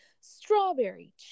Strawberry